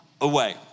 away